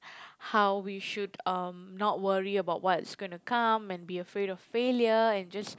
how we should um not worry about what's going to come and be afraid of failure and just